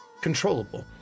controllable